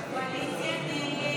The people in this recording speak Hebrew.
33 בעד, 51 נגד.